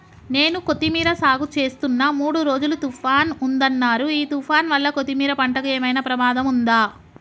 నేను కొత్తిమీర సాగుచేస్తున్న మూడు రోజులు తుఫాన్ ఉందన్నరు ఈ తుఫాన్ వల్ల కొత్తిమీర పంటకు ఏమైనా ప్రమాదం ఉందా?